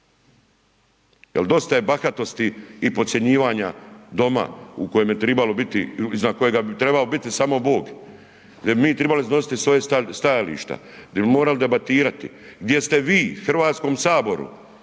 Jer dosta je bahatosti i podcjenjivanja doma u kojem je tribalo biti, iznad kojega je tribao biti samo Bog, gdje bi mi tribali iznositi svoj stajalište, gdje bi morali debatirati, gdje ste vi Hrvatskom saboru,